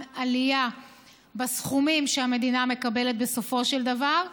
עלייה בסכומים שהמדינה מקבלת בסופו של דבר,